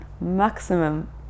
maximum